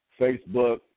Facebook